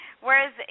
whereas